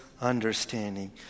understanding